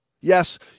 Yes